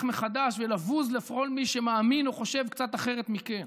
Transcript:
מחדש ולבוז לכל מי שמאמין או חושב קצת אחרת מכם.